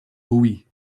hooey